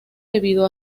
debido